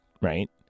right